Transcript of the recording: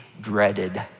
dreaded